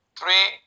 three